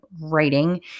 Writing